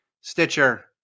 Stitcher